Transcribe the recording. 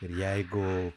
ir jeigu